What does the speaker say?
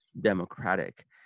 Democratic